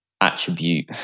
attribute